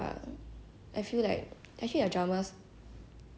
especially like 他们的综艺节目 I like watch 综艺节目